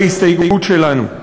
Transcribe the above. בהסתייגות שלנו.